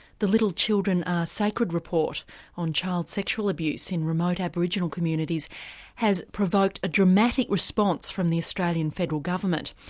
the little children are sacred report on child sexual abuse in remote aboriginal communities has provoked a dramatic response from the australian federal government.